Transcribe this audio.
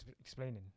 explaining